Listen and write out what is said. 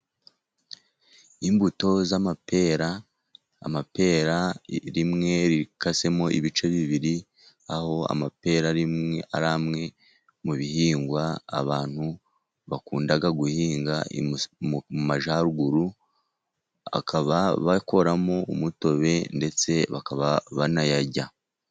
Imbuto z'amapera, amapera rimwe rikasemo ibice bibiri, aho amapera ari amwe mu bihingwa abantu bakunda guhinga majyaruguru, akaba bakoramo umutobe ndetse bakaba banayarya.